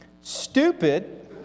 stupid